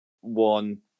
one